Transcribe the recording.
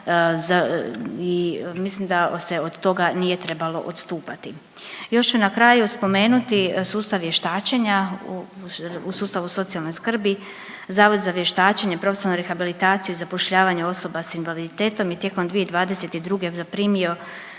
i mislim da se od toga nije trebalo odstupati. Još ću na kraju spomenuti sustav vještačenja u sustavu socijalne skrbi, Zavod za vještačenje, profesionalnu rehabilitaciju i zapošljavanje osoba s invaliditetom je tijekom 2022. zaprimio